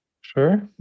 Sure